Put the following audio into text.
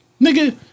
nigga